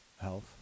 health